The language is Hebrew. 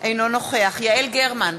אינו נוכח יעל גרמן,